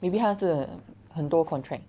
maybe 他是很多 contract